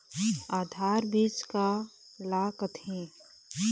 आधार बीज का ला कथें?